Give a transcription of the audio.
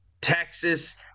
Texas